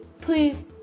Please